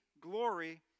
glory